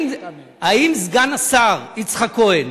האם סגן השר יצחק כהן,